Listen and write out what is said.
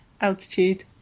altitude